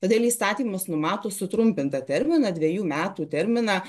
todėl įstatymas numato sutrumpintą terminą dvejų metų terminą